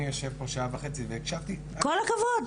אני יושב פה שעה וחצי והקשבתי --- כל הכבוד,